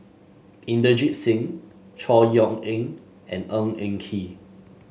Inderjit Singh Chor Yeok Eng and Ng Eng Kee